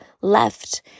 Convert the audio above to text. left